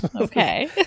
Okay